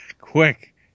quick